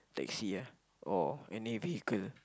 taxi ah or any vehicle